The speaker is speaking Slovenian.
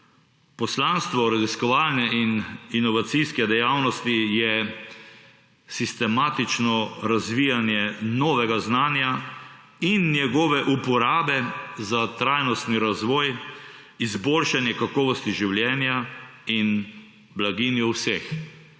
poslanstvo raziskovalne in inovacijske dejavnosti je sistematično razvijanje novega znanja in njegove uporabe za trajnostni razvoj, izboljšanje kakovosti življenja in blaginjo vseh.